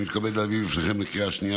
אני מתכבד להביא בפניכם לקריאה שנייה